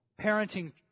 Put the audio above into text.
parenting